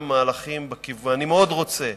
ואני מאוד רוצה,